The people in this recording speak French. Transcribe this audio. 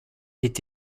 est